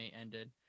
ended